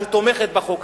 שתומכת בו.